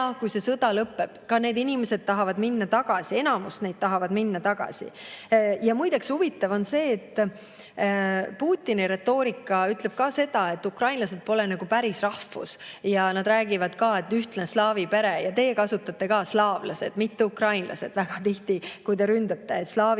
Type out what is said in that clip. kui see sõda lõpeb. Ka need inimesed tahavad minna tagasi, enamus neist tahab minna tagasi. Ja muide, huvitav on see, et Putini retoorika ütleb seda, et ukrainlased pole nagu päris rahvus, ja nad räägivad ka, et on ühtlane slaavi pere. Ja teie kasutate ka sõna "slaavlased", mitte "ukrainlased" väga tihti, kui te ründate, et on slaavi